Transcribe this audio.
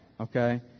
okay